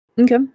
Okay